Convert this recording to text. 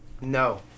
No